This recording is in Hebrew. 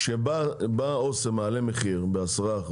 כשבא אוסם מעלה מחיר ב-10%,